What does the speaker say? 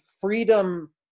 freedom